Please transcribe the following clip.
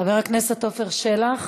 חבר הכנסת עפר שלח,